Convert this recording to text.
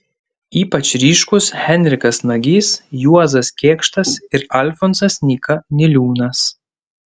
ypač ryškūs henrikas nagys juozas kėkštas ir alfonsas nyka niliūnas